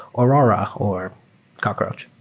aurora, or cockroach.